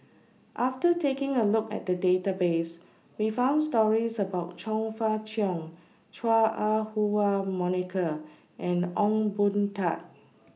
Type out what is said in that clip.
after taking A Look At The Database We found stories about Chong Fah Cheong Chua Ah Huwa Monica and Ong Boon Tat